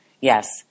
Yes